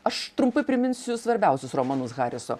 aš trumpai priminsiu svarbiausius romanus hariso